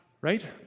right